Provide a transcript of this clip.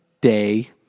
day